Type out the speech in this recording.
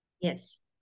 Yes